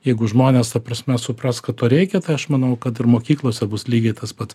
jeigu žmonės ta prasme supras kad to reikia tai aš manau kad ir mokyklose bus lygiai tas pat